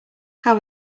how